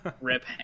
Rip